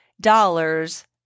dollars